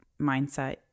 mindset